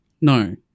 No